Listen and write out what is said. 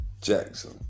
Jackson